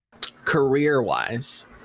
career-wise